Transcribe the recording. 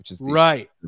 Right